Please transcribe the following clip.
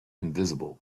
invisible